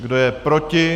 Kdo je proti?